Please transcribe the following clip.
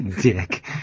Dick